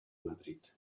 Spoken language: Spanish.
madrid